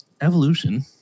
evolution